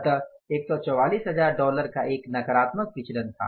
अतः १४४००० डॉलर का एक नकारात्मक विचलन था